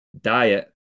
diet